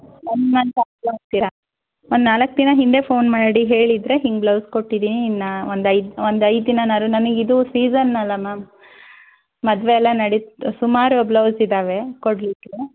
ಒಂದು ಮಂತ್ ಆಯಿತು ಅಂತೀರಾ ಒಂದು ನಾಲ್ಕು ದಿನ ಹಿಂದೆ ಫೋನ್ ಮಾಡಿ ಹೇಳಿದ್ದರೆ ಹೀಗೆ ಬ್ಲೌಸ್ ಕೊಟ್ಟಿದ್ದೀನಿ ಇನ್ನು ಒಂದು ಐದು ಒಂದು ಐದು ದಿನನಾದ್ರು ನಮಗಿದು ಸೀಸನ್ ಅಲ್ವಾ ಮ್ಯಾಮ್ ಮದುವೆ ಎಲ್ಲ ನಡಿತ್ ಸುಮಾರು ಬ್ಲೌಸ್ ಇದ್ದಾವೆ ಕೊಡಲಿಕ್ಕೆ